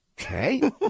okay